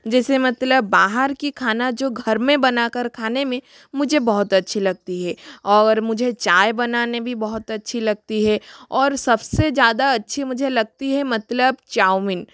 जैसे मतलब बाहर की खाना जो घर में बना कर खाने में मुझे बहुत अच्छी लगती है और मुझे चाय बनाने भी बहुत अच्छी लगती है और सबसे ज़्यादा अच्छी मुझे लगती है मतलब चाउमीन